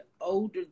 older